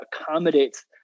accommodates